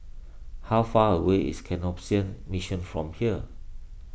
how far away is Canossian Mission from here